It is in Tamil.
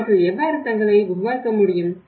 அவர்கள் எவ்வாறு தங்களை உருவாக்க முடியும்